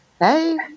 Hey